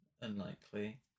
Unlikely